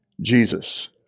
Jesus